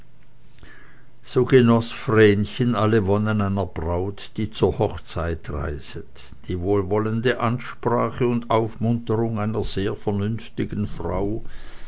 so genoß vrenchen alle wonnen einer braut die zur hochzeit reiset die wohlwollende ansprache und aufmunterung einer sehr vernünftigen frau